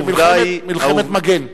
כמלחמת מגן.